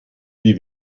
die